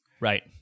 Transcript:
Right